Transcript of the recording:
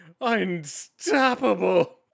Unstoppable